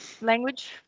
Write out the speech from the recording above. language